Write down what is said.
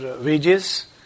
wages